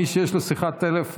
מי שיש לו שיחת טלפון